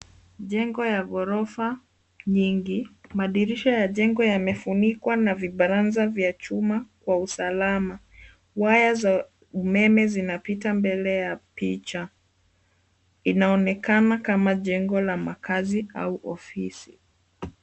Jengo ya ghorofa nyingi madirisha ya jengo yamefunikwa na vibaranza vya chuma kwa usalama. Waya za umeme zinapita mbele ya picha inaonekana kama jengo la makazi au ofisi.